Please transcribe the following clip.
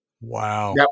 Wow